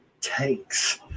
takes